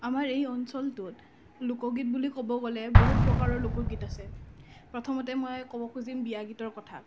আমাৰ এই অঞ্চলটোত লোকগীত বুলি ক'ব গ'লে বহুত প্ৰকাৰৰ লোকগীত আছে প্ৰথমতে মই ক'ব খুজিম বিয়া গীতৰ কথা